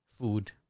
food